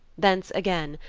thence again,